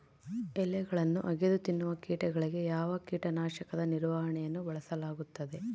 ಎಲೆಗಳನ್ನು ಅಗಿದು ತಿನ್ನುವ ಕೇಟಗಳಿಗೆ ಯಾವ ಕೇಟನಾಶಕದ ನಿರ್ವಹಣೆಯನ್ನು ಬಳಸಲಾಗುತ್ತದೆ?